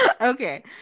Okay